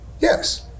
yes